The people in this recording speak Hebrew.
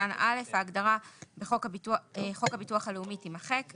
קטן (א) ההגדרה "חוק הביטוח הלאומי" תימחק,